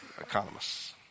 economists